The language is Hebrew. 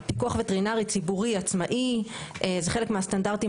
פיקוח וטרינרי ציבורי עצמאי זה חלק מהסטנדרטים